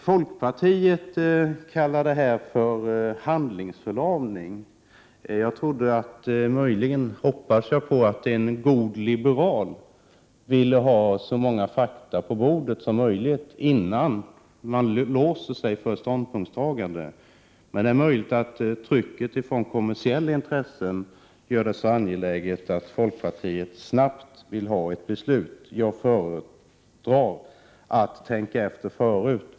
Folkpartiet kallar det för handlingsförlamning. Jag trodde — och möjligen hoppades jag också — att en god liberal ville ha så mycket fakta på bordet som möjligt innan han låste sig i ett ställningstagande. Men det är möjligt att trycket från kommersiella intressen gör det så angeläget för folkpartiet att snabbt försöka få till stånd beslut. Jag föredrar att tänka efter före.